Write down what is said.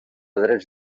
drets